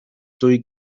dwy